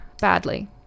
badly